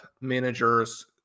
managers